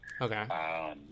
Okay